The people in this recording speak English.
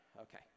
okay